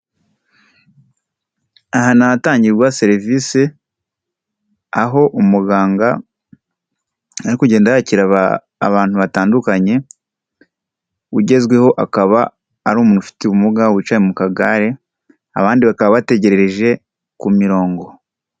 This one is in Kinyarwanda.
Aha ni ahatangirwa serivise, aho umuganga, ari kugenda yakira abantu batandukanye, ugezweho akaba ari umuntu ufite ubumuga wicaye mu kagare, abandi bakaba bategerereje ku mirongo.